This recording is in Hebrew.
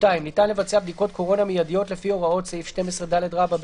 (2)ניתן לבצע בדיקות קורונה מיידיות לפי הוראות סעיף 12ד(ב)